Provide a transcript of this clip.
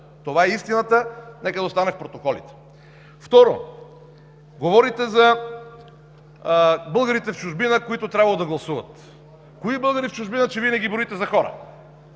Това е истината. Нека да остане в протоколите. Второ, говорите за българите в чужбина, които трябвало да гласуват. Кои българи в чужбина?! Че Вие не ги броите за хора!